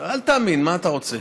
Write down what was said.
אל תאמין, מה אתה רוצה.